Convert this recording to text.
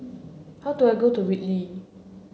how do I get to Whitley